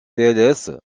peut